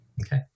Okay